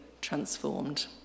transformed